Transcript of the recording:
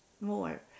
more